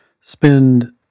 spend